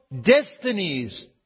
destinies